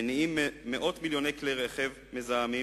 מניעים מאות מיליוני כלי רכב מזהמים